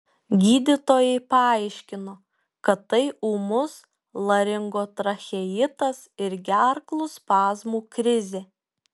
gydytojai paaiškino kad tai ūmus laringotracheitas ir gerklų spazmų krizė